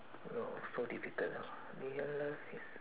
!aiyo! so difficult lah real love is